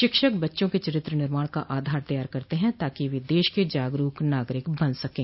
शिक्षक बच्चों के चरित्र निर्माण का आधार तैयार करते हैं ताकि वे देश के जागरूक नागरिक बन सकें